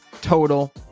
Total